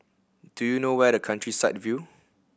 do you know where the Countryside View